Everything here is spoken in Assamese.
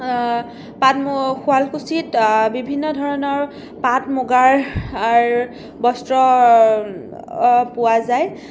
পাট শুৱালকুছিত বিভিন্ন ধৰণৰ পাট মুগাৰ বস্ত্ৰ পোৱা যায়